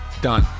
done